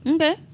Okay